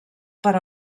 per